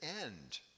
end